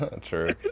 True